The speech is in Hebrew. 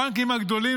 הבנקים הגדולים,